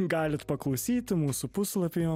galit paklausyti mūsų puslapyje